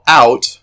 out